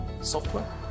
software